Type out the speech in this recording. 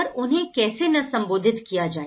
पर उन्हें कैसे न संबोधित किया जाए